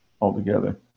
altogether